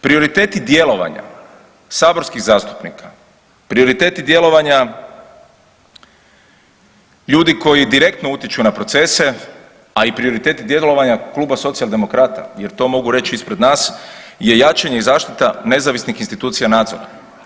Prioriteti djelovanja saborskih zastupnika, prioriteti djelovanja ljudi koji direktno utječu na procese, a i prioriteti djelovanja Kluba socijaldemokrata, jer to mogu reći ispred nas, je jačanje i zaštita nezavisnih institucija nadzora.